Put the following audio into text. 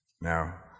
Now